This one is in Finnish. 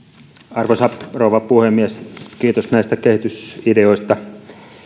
arvoisa rouva puhemies kiitos näistä kehitysideoista